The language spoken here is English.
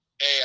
hey